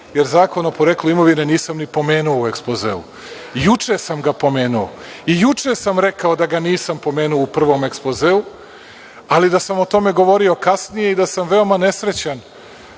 jer Zakon o poreklu imovine nisam ni pomenuo u Ekspozeu. Juče sam ga pomenuo. I juče sam rekao da ga nisam pomenuo u prvom Ekspozeu, ali da sam o tome govorio kasnije i da sam veoma nesrećan